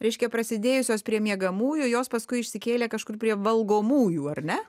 reiškia prasidėjusios prie miegamųjų jos paskui išsikėlė kažkur prie valgomųjų ar ne